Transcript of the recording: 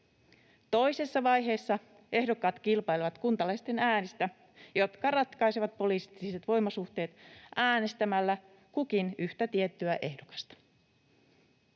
Toisessa vaiheessa ehdokkaat kilpailevat kuntalaisten äänistä, jotka ratkaisevat poliittiset voimasuhteet äänestämällä kukin yhtä tiettyä ehdokasta.